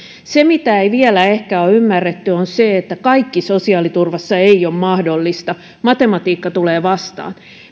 se mitä ei vielä ehkä ole ymmärretty on se että kaikki sosiaaliturvassa ei ole mahdollista matematiikka tulee vastaan